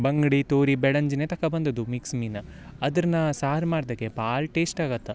ಬಂಗ್ಡಿ ತೋರಿ ಬೆಳಂಜಿನೆ ತಕ ಬಂದದ್ದು ಮಿಕ್ಸ್ ಮೀನು ಅದ್ರನಾ ಸಾರು ಮಾಡ್ದಗೆ ಭಾಳ ಟೇಶ್ಟ್ ಆಗತ್ತೆ